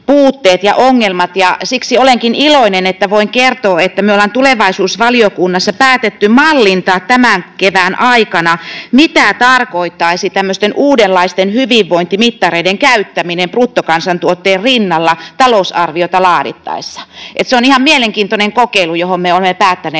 ja ongelmat. Siksi olenkin iloinen, että voin kertoa, että me olemme tulevaisuusvaliokunnassa päättäneet mallintaa tämän kevään aikana, mitä tarkoittaisi uudenlaisten hyvinvointimittareiden käyttäminen bruttokansantuotteen rinnalla talousarviota laadittaessa. Se on ihan mielenkiintoinen kokeilu, johon me olemme päättäneet